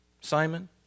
Simon